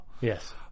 Yes